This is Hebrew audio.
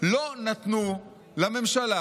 לא נתנו לממשלה